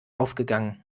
aufgegangen